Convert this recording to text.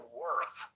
worth